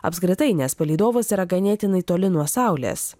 apskritai nes palydovas yra ganėtinai toli nuo saulės